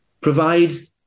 provides